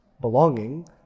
belonging